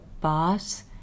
boss